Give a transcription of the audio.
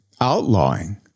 outlawing